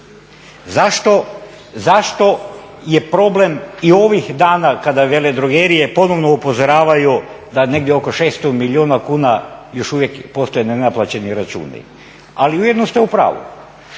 Zašto je problem i ovih dana kada veledrogerije ponovno upozoravaju da negdje oko 600 milijuna kuna još uvijek postoji nenaplaćeni računi? Ali u jednom ste u pravu,